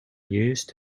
used